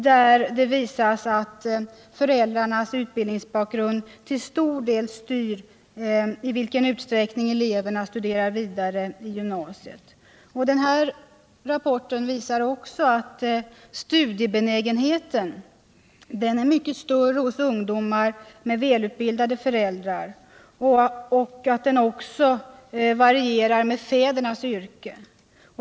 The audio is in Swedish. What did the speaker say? Där visas att föräldrarnas utbildningsbakgrund till stor del styr i vilken utsträckning elever studerar vidare i gymnasiet. Denna rapport visar också att studiebenägenheten är mycket större hos ungdomar med välutbildade föräldrar och att den varierar med fädernas yrken.